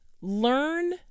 learn